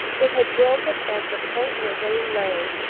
it had broken at the point where they lay.